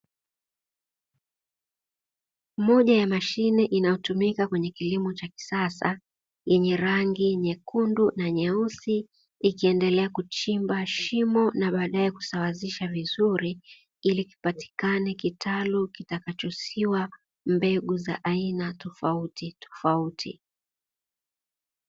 Mashine inayotumika kwenye kilimo cha kisasa yenye rangi nyekundu na nyeusi, ikiendelea kuchimba shimo na baadaye kusawazisha vizuri ili kupatikana kitalu kitakachosiwa mbegu za aina tofauti tofauti.